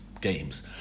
games